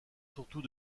surtout